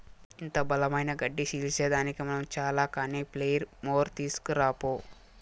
ఇంత బలమైన గడ్డి సీల్సేదానికి మనం చాల కానీ ప్లెయిర్ మోర్ తీస్కరా పో